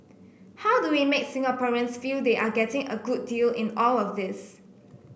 how do we make Singaporeans feel they are getting a good deal in all of this